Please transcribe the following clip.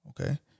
Okay